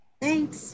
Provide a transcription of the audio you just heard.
Thanks